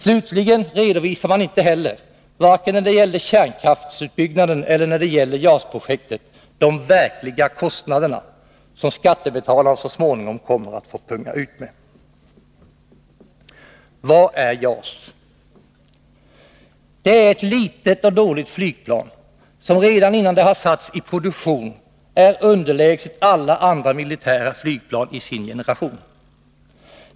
Slutligen redovisar man inte heller, varken när det gäller kärnkraftsutbyggnaden eller JAS-projektet, de verkliga kostnaderna som skattebetalarna så småningom kommer att få punga ut med. Vad är JAS? Det är ett litet och dåligt flygplan, som redan innan det har satts i produktion är underlägset alla andra militära flygplan i sin generation.